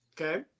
Okay